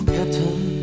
Captain